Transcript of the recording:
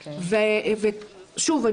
שוב,